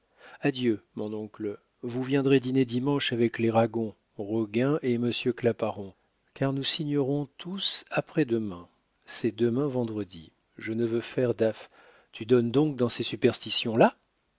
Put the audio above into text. adieu mon oncle vous viendrez dîner dimanche avec les ragon roguin et monsieur claparon car nous signerons tous après-demain c'est demain vendredi je ne veux faire d'af tu donnes donc dans ces superstitions là